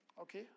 Okay